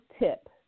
tip